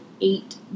eight